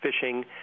fishing